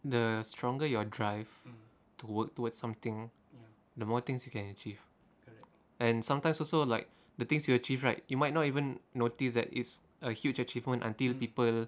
the stronger your drive to work toward something the more things you can achieve and sometimes also like the things you achieve right you might not even notice that it's a huge achievement until people